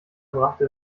brachte